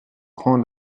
prend